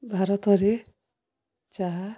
ଭାରତରେ ଚାହା